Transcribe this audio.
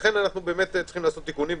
לכן אנחנו עושים תיקונים,